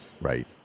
Right